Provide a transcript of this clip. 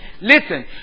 Listen